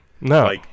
No